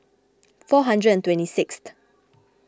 four hundred and twenty sixth